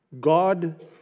God